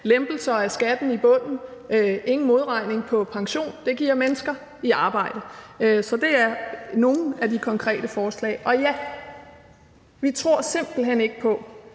lempelser af skatten i bunden, ingen modregning i pension. Det giver mennesker i arbejde. Så det er nogle af de konkrete forslag. Ja, vi tror simpelt hen ikke på,